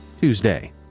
Tuesday